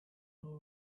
who